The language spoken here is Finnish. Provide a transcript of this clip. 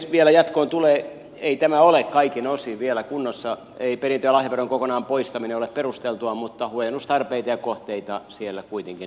mitä vielä jatkoon tulee ei tämä ole kaikin osin vielä kunnossa ei perintö ja lahjaveron kokonaan poistaminen ole perusteltua mutta huojennustarpeita ja kohteita siellä kuitenkin on